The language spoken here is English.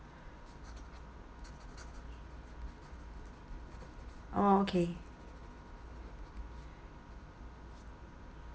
oh okay